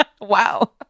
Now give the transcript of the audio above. Wow